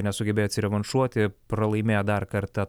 nesugebejo atsirevanšuoti pralaimėjo dar kartą